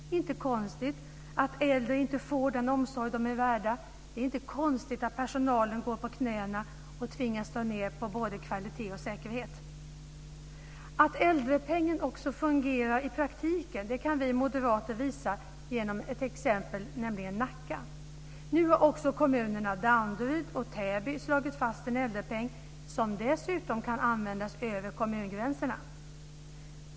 Det är inte konstigt att äldre inte får den omsorg de är värda och att personalen går på knäna och tvingas dra ned på både kvalitet och säkerhet. Att äldrepengen också fungerar i praktiken kan vi moderater visa genom ett exempel, nämligen Nacka. Nu har också kommunerna Danderyd och Täby slagit fast en äldrepeng, som dessutom kan användas över kommungränserna.